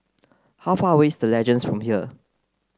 how far away is The Legends from here